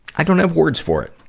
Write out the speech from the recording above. i don't have words for it.